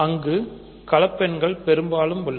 அங்கு கலப்பு எண்கள் பெருக்கலும் உள்ளது